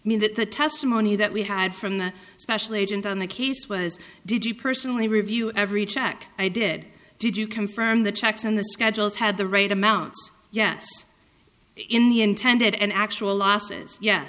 mean that the testimony that we had from the special agent on the case was did you personally review every check i did did you confirm the checks and the schedules had the right amount yet in the intended and actual losses yes